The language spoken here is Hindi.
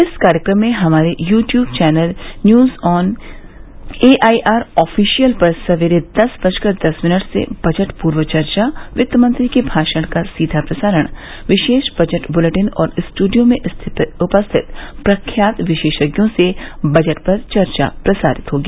इस कार्यक्रम में हमारे YouTube channel news on AI R official पर सवेरे दस बजकर दस मिनट से बजट पूर्व चर्चा वित्त मंत्री के भाषण का सीधा प्रसारण विशेष बजट ब्लेटिन और स्टडियो में उपस्थित प्रख्यात विशेषज्ञों से बजटपर चर्चा प्रसारित होगी